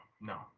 no